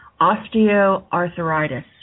osteoarthritis